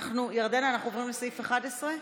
ירדנה, אנחנו עוברים לסעיף 11?